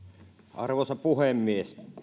arvoisa puhemies